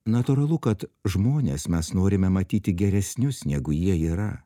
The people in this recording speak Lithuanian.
natūralu kad žmones mes norime matyti geresnius negu jie yra